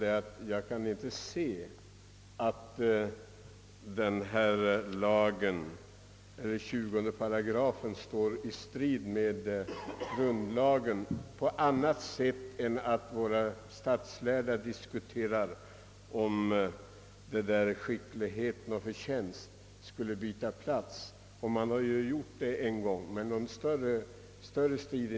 Jag kan dock inte se att 20 8 sjukvårdslagen står i strid med grundlagen på annat sätt än att våra statslärde diskuterar huruvida orden skicklighet och förtjänst skulle byta plats. Ett sådant byte har skett en gång tidigare, då utan någon större strid.